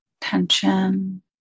tension